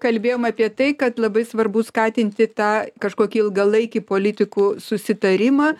kalbėjom apie tai kad labai svarbu skatinti tą kažkokį ilgalaikį politikų susitarimą